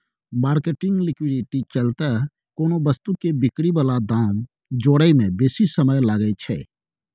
marketing liquidity चलते कोनो वस्तु के बिक्री बला दाम जोड़य में बेशी समय लागइ छइ